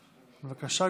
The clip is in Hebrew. בבקשה,